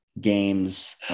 games